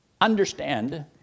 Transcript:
understand